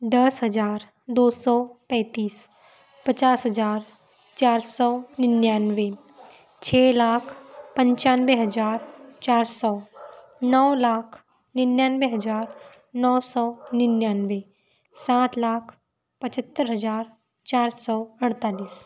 दस हजार दो सो पैंतीस पचास हजार चार सौ निन्यानवे छः लाख पंचानवे हजार चार सौ नौ लाख निन्यानवे हजार नौ सौ निन्यानवे सात लाख पचहत्तर हजार चार सौ अड़तालीस